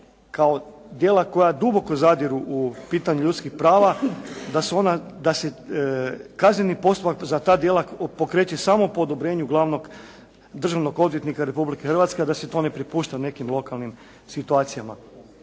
kao djela koja duboko zadiru u pitanje ljudskih prava da su ona, da se kazneni postupak za ta djela pokreće samo po odobrenju glavnog državnog odvjetnika Republike Hrvatske, a da se to ne prepušta nekim lokalnim situacijama.